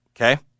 okay